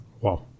Wow